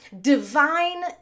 Divine